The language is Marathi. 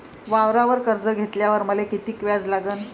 वावरावर कर्ज घेतल्यावर मले कितीक व्याज लागन?